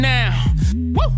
now